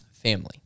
family